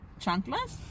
Chunkless